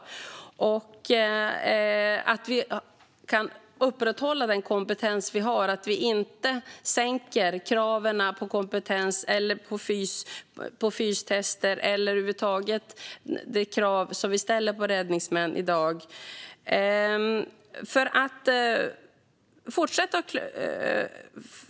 Det gäller att vi kan upprätthålla den kompetens vi har och att vi inte sänker kraven på kompetens, fystester eller över huvud taget de krav som vi ställer på räddningsmän i dag.